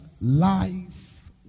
life